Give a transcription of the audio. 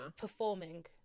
Performing